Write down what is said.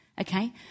Okay